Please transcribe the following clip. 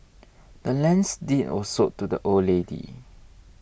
the land's deed was sold to the old lady